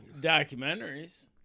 Documentaries